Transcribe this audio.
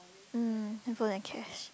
um handphone and cash